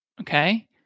Okay